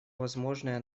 возможное